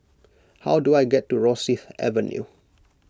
how do I get to Rosyth Avenue